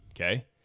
okay